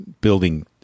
building